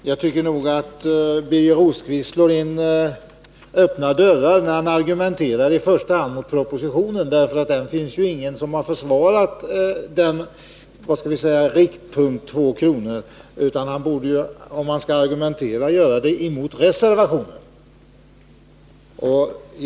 Herr talman! Jag tycker att Birger Rosqvist slår in öppna dörrar när han i första hand argumenterar mot propositionen. Det finns ingen som har försvarat riktpunkten 2 kr. Om han skall argumentera borde han göra det mot reservationen.